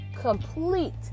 complete